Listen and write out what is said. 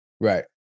Right